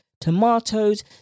tomatoes